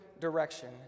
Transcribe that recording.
direction